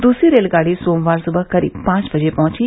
दूसरी रेलगाड़ी सोमवार सुबह करीब पांच बजे पहंची